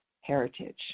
heritage